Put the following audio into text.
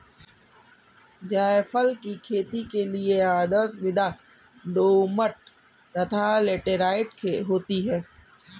जायफल की खेती के लिए आदर्श मृदा दोमट तथा लैटेराइट होती है